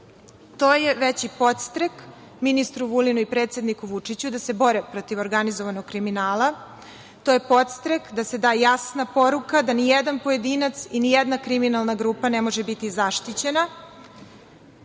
To je veći podstrek ministru Vulinu i predsednik Vučiću da se bore protiv organizovanog kriminala, to je podstrek da se da jasna poruka da nijedan pojedinac i nijedna kriminalna grupa ne može biti zaštićena